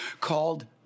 called